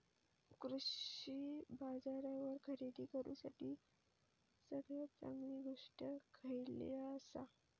कृषी बाजारावर खरेदी करूसाठी सगळ्यात चांगली गोष्ट खैयली आसा?